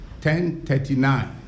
10.39